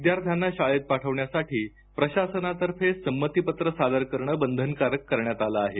विद्यार्थ्याना शाळेत पाठवण्यासाठी प्रशासनातर्फे संमती पत्र सादर करणे बंधनकारक करण्यात आले आहे